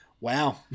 Wow